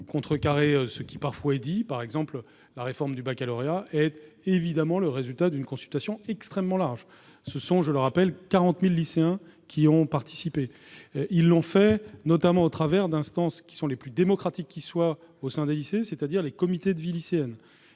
pour contrecarrer certaines affirmations. La réforme du baccalauréat est évidemment le résultat d'une consultation extrêmement large : 40 000 lycéens, je le rappelle, y ont participé. Ils l'ont fait notamment au travers d'instances qui sont les plus démocratiques qui soient au sein des lycées, c'est-à-dire les comités de vie lycéenne,